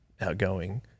outgoing